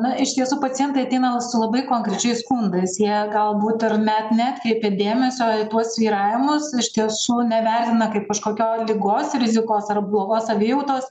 na iš tiesų pacientai ateina su labai konkrečiais skundais jie galbūt ir net neatkreipė dėmesio į tuos svyravimus iš tiesų nevertina kaip kažkokio ligos rizikos ar blogos savijautos